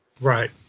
Right